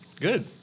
Good